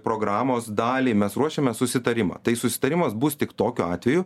programos dalį mes ruošiame susitarimą tai susitarimas bus tik tokiu atveju